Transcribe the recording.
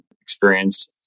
experience